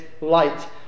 light